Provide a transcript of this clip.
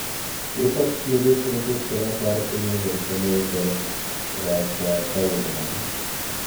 ypač slidi sritis yra tarpiniai vertimai per trečią kalbą